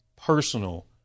personal